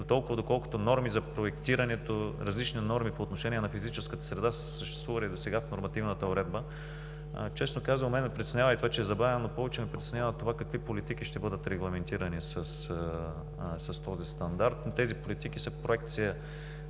дотолкова, доколкото норми за проектирането на различни норми по отношение на физическата среда са съществували досега в нормативната уредба. Честно казано, мен ме притеснява и това, че е забавено, но повече ме притеснява какви политики ще бъдат регламентирани с този стандарт. Тези политики са в проекция,